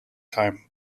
time